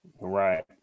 Right